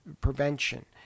prevention